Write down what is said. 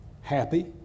happy